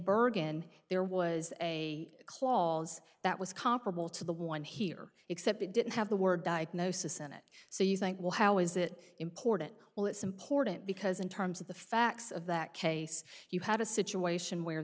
bergen there was a clause that was comparable to the one here except it didn't have the word diagnosis in it so you think well how is that important well it's important because in terms of the facts of that case you had a situation where